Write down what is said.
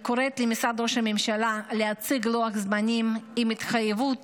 אני קוראת למשרד ראש הממשלה להציג לוח זמנים עם התחייבות